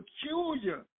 peculiar